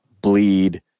bleed